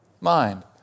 mind